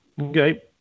Okay